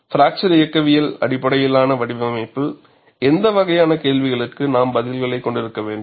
fracture இயக்கவியல் அடிப்படையிலான வடிவமைப்பில் எந்த வகையான கேள்விகளுக்கு நாம் பதில்களைக் கொண்டிருக்க வேண்டும்